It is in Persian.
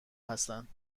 هستند